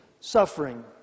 suffering